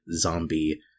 zombie